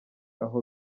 aho